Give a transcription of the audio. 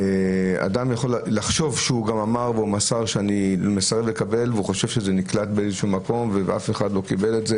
אדם יכול לחשוב שמסר שמסרב לקבל וחושב שנקלט ואף אחד לא קיבל את זה.